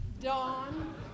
Dawn